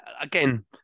again